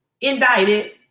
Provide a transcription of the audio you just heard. indicted